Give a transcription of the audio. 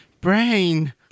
brain